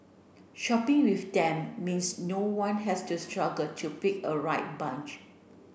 shopping with them means no one has to struggle to pick a right bunch